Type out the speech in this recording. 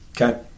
okay